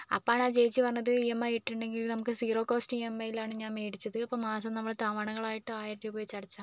അപ്പോഴാണ് ചേച്ചി പറഞ്ഞത് ഇ എം ഐ ആയിട്ടുണ്ടെങ്കിൽ നമുക്ക് സീറോ കോസ്റ്റ് ഇ എം ഐയിലാണ് ഞാൻ മേടിച്ചത് അപ്പോൾ മാസം നമ്മൾ തവണകളായിട്ട് ആയിരം രൂപ വെച്ച് അടച്ചാൽ മതി